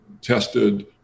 tested